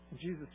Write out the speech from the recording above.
Jesus